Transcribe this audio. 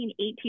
18